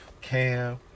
Cam